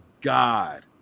God